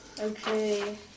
Okay